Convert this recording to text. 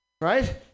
right